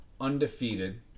undefeated